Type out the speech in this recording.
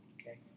okay